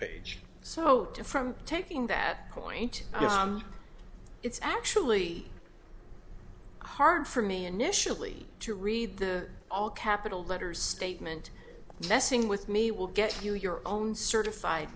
page so to from taking that point it's actually hard for me initially to read the all capital letters statement messing with me will get you your own certified